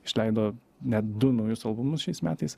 išleido net du naujus albumus šiais metais